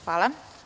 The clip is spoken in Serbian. Hvala.